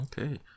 Okay